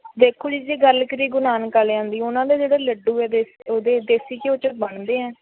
ਦੇਖੋ ਜੀ ਜੇ ਗੱਲ ਕਰੀਏ ਗੁਰੂ ਨਾਨਕ ਵਾਲਿਆਂ ਦੀ ਉਨ੍ਹਾਂ ਦਾ ਜਿਹੜੇ ਲੱਡੂ ਐਗੇ ਉਹਦੇ ਦੇਸੀ ਘਿਉ 'ਚ ਬਣਦੇ ਹੈ